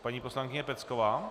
Paní poslankyně Pecková.